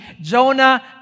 Jonah